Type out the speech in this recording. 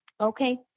Okay